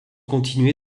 continué